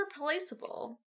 replaceable